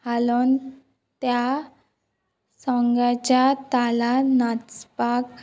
हालोन त्या सोंग्याच्या तालार नाचपाक